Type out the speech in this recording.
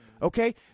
Okay